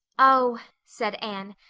oh, said anne,